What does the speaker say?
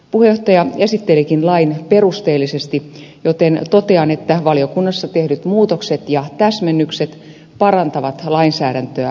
puheenjohtaja esittelikin lain perusteellisesti joten totean että valiokunnassa tehdyt muutokset ja täsmennykset parantavat lainsäädäntöä alkuperäisestä